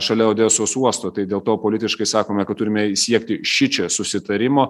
šalia odesos uosto tai dėl to politiškai sakome kad turime siekti šičia susitarimo